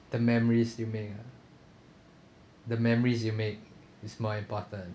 the memories you make ah the memories you make is more important